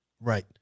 Right